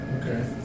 Okay